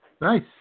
Nice